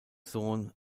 sohn